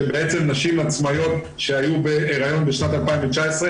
שבעצם נשים עצמאיות שהיו בהיריון בשנת 2019,